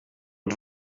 het